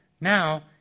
Now